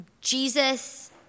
Jesus